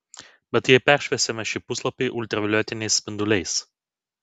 bet jei peršviesime šį puslapį ultravioletiniais spinduliais